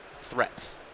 threats